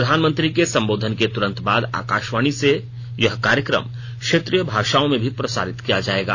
प्रधानमंत्री के संबोधन के तुरंत बाद आकाशवाणी से यह कार्यक्रम क्षेत्रीय भाषाओं में भी प्रसारित किया जाएगा